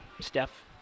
Steph